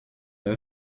leur